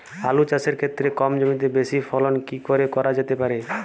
আলু চাষের ক্ষেত্রে কম জমিতে বেশি ফলন কি করে করা যেতে পারে?